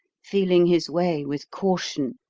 feeling his way with caution,